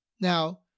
Now